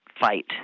fight